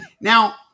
Now